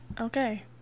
Okay